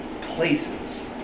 places